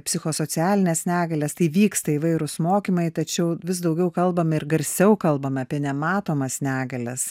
psichosocialines negalias tai vyksta įvairūs mokymai tačiau vis daugiau kalbame ir garsiau kalbame apie nematomas negalias